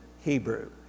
Hebrew